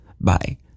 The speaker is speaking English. Bye